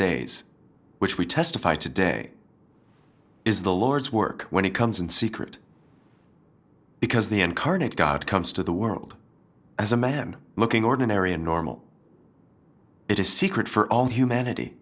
days which we testify today is the lord's work when he comes in secret because the incarnate god comes to the world as a man looking ordinary and normal it a secret for all humanity